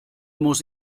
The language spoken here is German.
muss